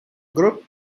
group